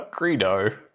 greedo